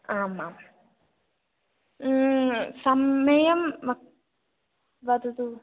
आम् आम् समयं म वदतु